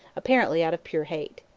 apparently out of pure hate.